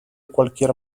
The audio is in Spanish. cualquier